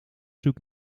zoek